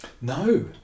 No